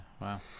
wow